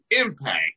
Impact